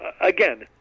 again